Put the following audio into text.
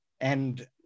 And-